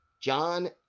John